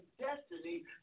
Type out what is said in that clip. destiny